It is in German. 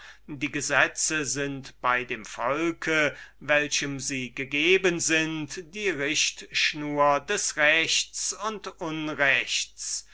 die gesetze sind bei dem volke welchem sie gegeben sind die richtschnur des rechts und unrechts